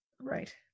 Right